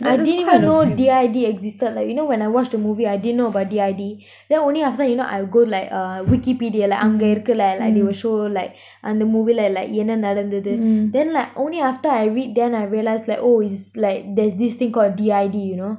I didn't even know D_I_D existed like you know when I watch the movie I didn't know about D_I_D then only after you know I go like uh Wikipedia like அங்க இருக்குல்ல:anga irukula like they will show like அந்த:antha movie like என்ன நடந்தது:enna nadanthuthu then like only after I read then I realized like oh is like there's this thing called D_I_D you know